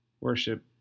worship